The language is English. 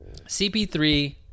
CP3